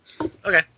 Okay